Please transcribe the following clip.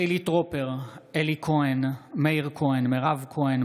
חילי טרופר, אלי כהן, מאיר כהן, מירב כהן.